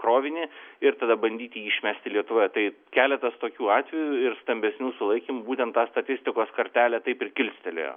krovinį ir tada bandyti jį išmesti lietuvoje tai keletas tokių atvejų ir stambesnių sulaikym būtent tą statistikos kartelę taip ir kilstelėjo